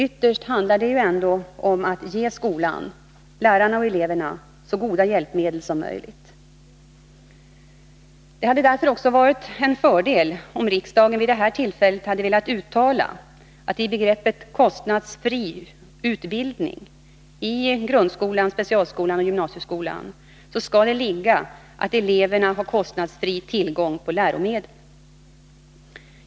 Ytterst handlar det ändå om att ge skolan, eleverna och lärarna så goda hjälpmedel som möjligt. Det hade därför också varit en fördel om riksdagen vid detta tillfälle hade velat uttala att i begreppet kostnadsfri utbildning i grundskolan, specialskolan och gymnasieskolan skall det ligga att eleverna har kostnadsfri tillgång på läromedel.